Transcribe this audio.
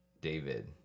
David